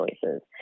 choices